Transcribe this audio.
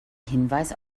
hinweis